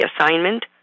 assignment